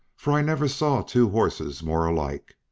for i never saw two horses more alike.